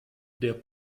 der